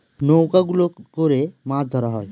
নৌকা গুলো করে মাছ ধরা হয়